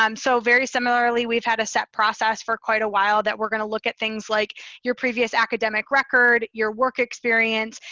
um so very similarly, we've had a set process for quite a while that we're gonna look at things like your previous academic record, your work experience,